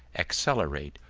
accelerate,